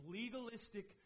legalistic